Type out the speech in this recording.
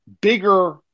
bigger